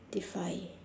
defy